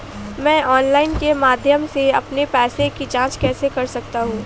मैं ऑनलाइन के माध्यम से अपने पैसे की जाँच कैसे कर सकता हूँ?